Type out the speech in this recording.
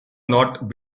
not